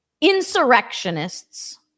insurrectionists